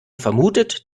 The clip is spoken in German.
vermutet